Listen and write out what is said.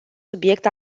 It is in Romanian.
subiect